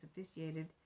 officiated